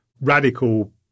radical